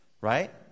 right